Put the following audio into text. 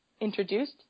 introduced